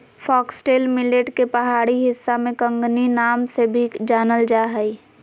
foxtail millet के पहाड़ी हिस्सा में कंगनी नाम से भी जानल जा हइ